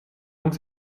donc